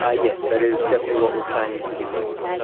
ah yes, that is definitely what we are planning to do next.